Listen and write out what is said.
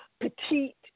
petite